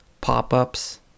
pop-ups